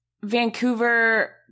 Vancouver